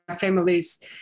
families